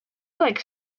like